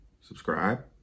subscribe